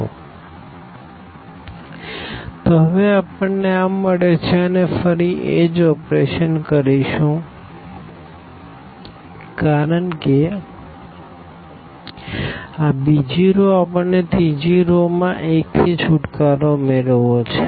4 1 1 તો હવે આપણને આ મળે છે અને ફરી એ જ ઓપરેશન કરીશું કારણ કે આ બીજી રો આપણને ત્રીજી રો માં 1 થી છુટકારો મેળવવો છે